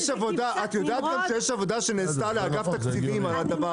את יודעת גם שיש עבודה לאגף התקציבים על הדבר הזה.